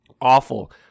awful